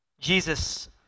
Jesus